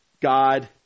God